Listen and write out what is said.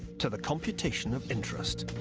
to the computation of interest.